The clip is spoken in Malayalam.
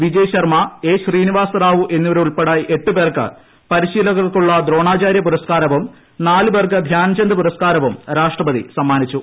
വിജയ്ശർമ എ ശ്രീനിവാസ റാവു എന്നിവരുൾപ്പെടെ എട്ട് പേർക്ക് പരിശീലകർക്കുള്ള ദ്രോണാചാര്യ പുരസ്കാരവും നാല് പേർക്ക് ധ്യാൻചന്ദ് പുരസ്കാരവും രാഷ്ട്രപതി സമ്മാനിച്ചു